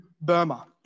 Burma